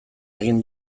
egin